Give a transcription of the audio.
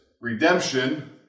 redemption